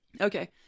Okay